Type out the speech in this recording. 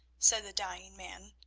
said the dying man.